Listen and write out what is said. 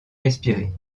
respirer